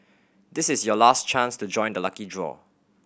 this is your last chance to join the lucky draw